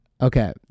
Okay